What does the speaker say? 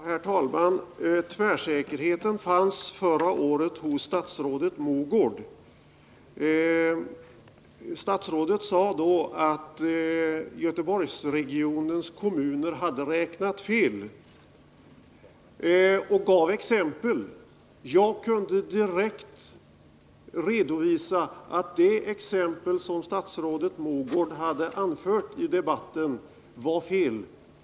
Herr talman! Tvärsäkerheten fanns förra året hos statsrådet Mogård. Statsrådet sade då att Göteborgsregionens kommuner hade räknat fel och gav exempel. Jag kunde direkt redovisa att det exempel som statsrådet Mogård hade anfört i debatten var felaktigt.